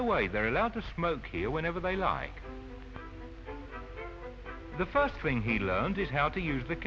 the way they're allowed to smoke here whenever they lie the first thing he learned is how to use the